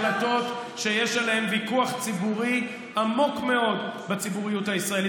כמו שיש החלטות שיש עליהן ויכוח ציבורי עמוק מאוד בציבוריות הישראלית.